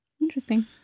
interesting